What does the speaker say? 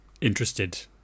interested